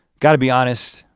gotta be honest.